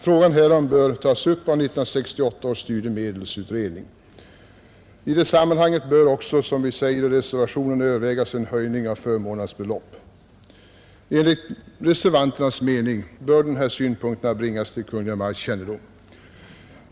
Frågan härom bör tas upp av 1968 års studiemedelsutredning, I det sammanhanget är det också lämpligt, som vi säger i reservationen, att överväga en höjning av förmånernas belopp. Enligt reservanternas mening bör de här synpunkterna bringas till Kungl. Maj:ts kännedom.